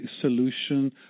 solution